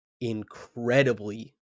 incredibly